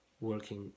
working